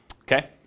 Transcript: Okay